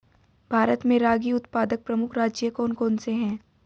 भारत में रागी उत्पादक प्रमुख राज्य कौन कौन से हैं?